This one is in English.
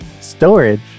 storage